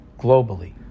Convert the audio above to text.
globally